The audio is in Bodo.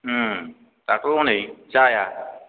ओम दाथ' हनै जाया